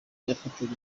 yafataga